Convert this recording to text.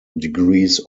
degrees